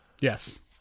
yes